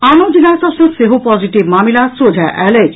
आनो जिला सभ सँ सेहो पॉजिटिव मामिला सोझा आयल अछि